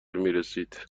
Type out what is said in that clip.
میرسید